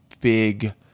big